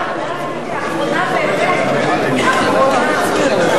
לשנת הכספים 2012, לא נתקבלה.